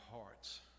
hearts